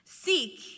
Seek